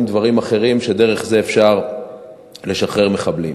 דברים אחרים שדרכם אפשר לשחרר מחבלים.